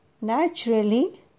naturally